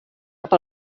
cap